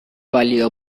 válido